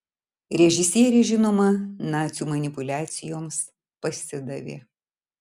režisierė žinoma nacių manipuliacijoms pasidavė